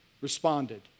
responded